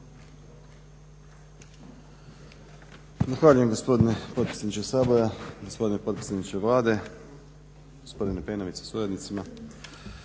Hvala